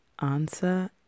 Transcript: answer